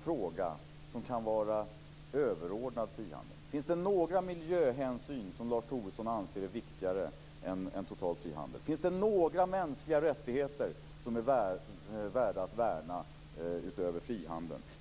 fråga som kan vara överordnad frihandeln? Finns det några miljöhänsyn som Lars Tobisson anser är viktigare än total frihandel? Finns det några mänskliga rättigheter som är värda att värna utöver frihandeln?